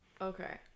okay